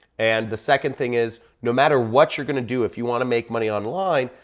and the second thing is, no matter what you're gonna do, if you wanna make money online,